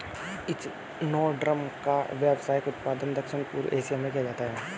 echinoderm का व्यावसायिक उत्पादन दक्षिण पूर्व एशिया में किया जाता है